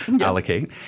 allocate